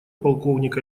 полковник